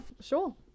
sure